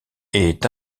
est